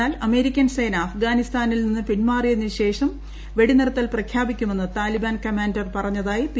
എന്നാൽ അമേരിക്കൻ സേന അഫ്ഗാനിസ്ഥാനിൽ നിന്നും പിൻമാറിയതിന് ശേഷം വെടിനിർത്തൽ പ്രഖ്യാപിക്കുമെന്ന് താലിബാൻ കമാന്റർ പറഞ്ഞതായി പി